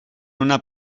una